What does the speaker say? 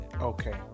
Okay